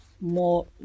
more